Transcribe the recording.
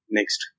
Next